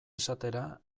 esatera